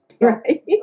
right